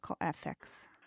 ethics